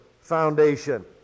foundation